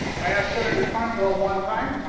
i asked senator cantwell one time,